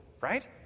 right